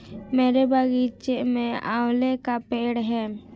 मेरे बगीचे में आंवले का पेड़ है